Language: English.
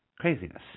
craziness